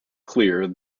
clear